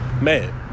man